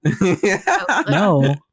No